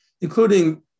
including